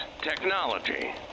technology